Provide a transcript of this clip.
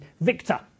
Victor